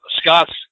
scott's